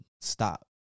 stop